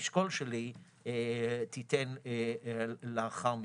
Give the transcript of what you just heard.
מהאשכול שלי תיתן לאחר מכן.